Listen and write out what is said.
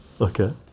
Okay